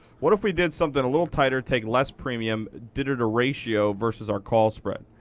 what if we did something a little tighter, take less premium, did a ratio versus our call spread?